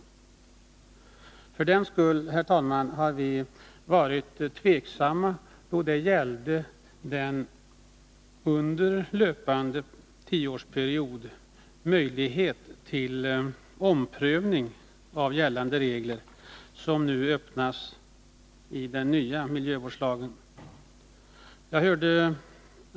För den skull har vi, herr talman, varit tveksamma då det gällt den under löpande tioårsperiod föreslagna möjligheten till omprövning av gällande regler i den nya miljöskyddslagen.